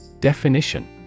Definition